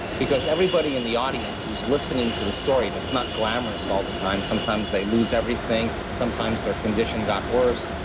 because everybody in the audience who's listening to the story and it's not glamorous all the time. sometimes they lose everything. sometimes their condition got worse.